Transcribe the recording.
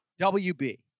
wb